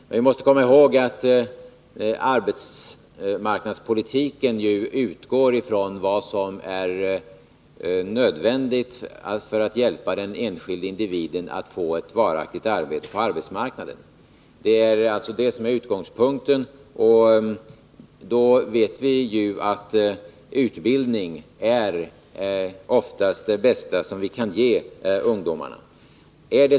Men vi måste komma ihåg att arbetsmarknadspolitiken utgår ifrån vad som är nödvändigt för att hjälpa den enskilde individen att få ett varaktigt arbete på arbetsmarknaden. Det är alltså utgångspunkten. Vi vet att utbildning ofta är det bästa vi kan ge ungdomarna.